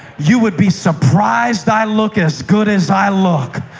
you would be surprised i look as good as i look.